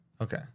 Okay